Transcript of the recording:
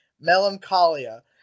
Melancholia